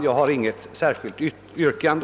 Jag har inget yrkande.